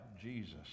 Jesus